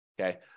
okay